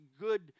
good